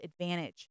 advantage